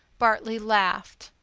bartley laughed.